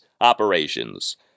operations